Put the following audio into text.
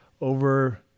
over